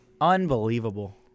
Unbelievable